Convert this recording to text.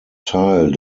teil